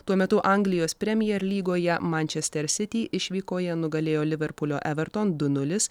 tuo metu anglijos premier lygoje manchester city išvykoje nugalėjo liverpulio everton du nulis